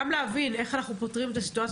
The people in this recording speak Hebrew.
גם להבין איך אנחנו פותרים את הסיטואציה